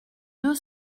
deux